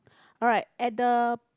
alright at the